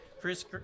Chris